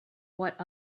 what